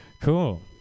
Cool